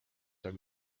tak